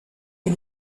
est